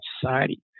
society